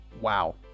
wow